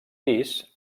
pis